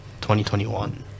2021